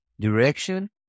direction